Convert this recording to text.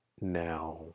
now